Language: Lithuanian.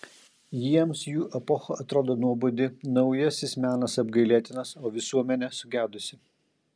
jiems jų epocha atrodo nuobodi naujasis menas apgailėtinas o visuomenė sugedusi